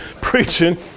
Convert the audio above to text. preaching